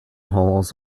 holes